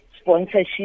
sponsorship